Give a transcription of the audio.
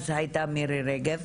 אז היתה מירי רגב,